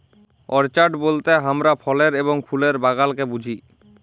orchard বলতে হামরা ফলের এবং ফুলের বাগালকে বুঝি